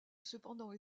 cependant